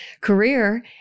career